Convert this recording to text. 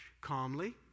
calmly